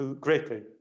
greatly